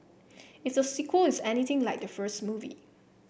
if the sequel is anything like the first movie